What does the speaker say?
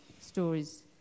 Stories